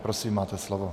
Prosím, máte slovo.